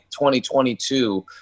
2022